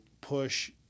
push